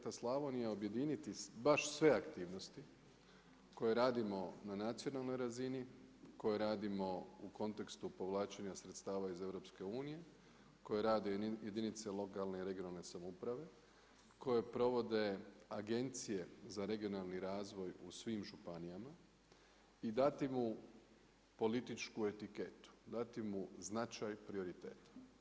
Cilj koncepta projekta Slavonija je objediniti baš sve aktivnosti koje radimo na nacionalnoj razini, koja radimo u kontekstu povlačenja sredstava iz EU, koja rade i jedinice lokalne i regionalne samouprave, koje provode agencije za regionalni razvoj u svim županijama i dati mu političku etiketu, dati mu značaj prioriteta.